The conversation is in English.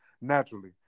naturally